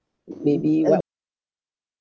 maybe what